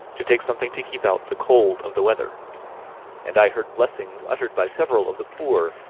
to take something to keep out the cold of the weather and i heard blessings uttered by several of the poor,